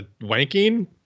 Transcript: wanking